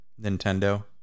Nintendo